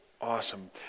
awesome